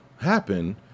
happen